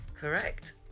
Correct